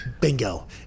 Bingo